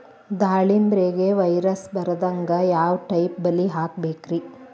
ದಾಳಿಂಬೆಗೆ ವೈರಸ್ ಬರದಂಗ ಯಾವ್ ಟೈಪ್ ಬಲಿ ಹಾಕಬೇಕ್ರಿ?